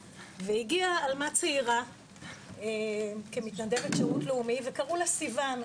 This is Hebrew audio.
והגיעה עלמה צעירה כמתנדבת שירות לאומי וקראו לה סיון,